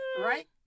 right